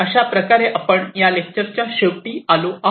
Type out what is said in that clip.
अशाप्रकारे आपण या लेक्चरच्या शेवटी आलो आहोत